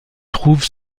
trouve